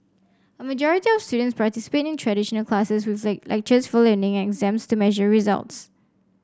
a majority of students participate in traditional classes with the lectures for learning and exams to measure results